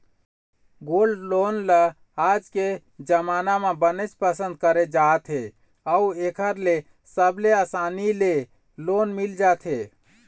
gold loan ल आज के जमाना म बनेच पसंद करे जावत हे अउ एखर ले सबले असानी ले लोन मिल जाथे